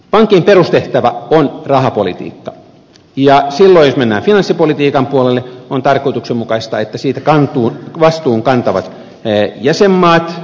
pankin perustehtävä on rahapolitiikka ja silloin jos mennään finanssipolitiikan puolelle on tarkoituksenmukaista että siitä vastuun kantavat jäsenmaat